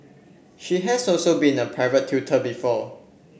she has also been a private tutor before